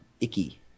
icky